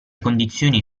condizioni